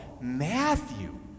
Matthew